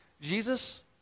Jesus